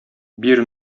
бир